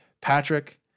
Patrick